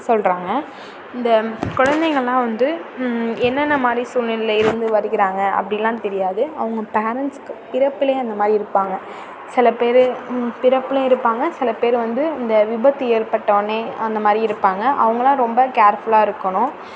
சொல்கிறாங்க இந்த கொழந்தைகள்லாம் வந்து என்னென்ன மாதிரி சூல்நிலையில் இருந்து வருகிறாங்க அப்படீலாம் தெரியாது அவுங்க பேரெண்ட்ஸுக்கு பிறப்பிலேயே அந்த மாதிரி இருப்பாங்க சில பேர் பிறப்பிலேயே இருப்பாங்க சில பேர் வந்து இந்த விபத்து ஏற்பட்டவொடனே அந்த மாதிரி இருப்பாங்க அவங்கெல்லாம் ரொம்ப கேர்ஃபுல்லாக இருக்கணும்